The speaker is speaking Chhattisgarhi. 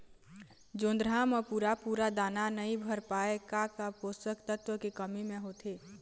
जोंधरा म पूरा पूरा दाना नई भर पाए का का पोषक तत्व के कमी मे होथे?